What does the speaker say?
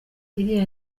iriya